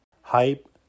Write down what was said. hype